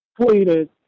tweeted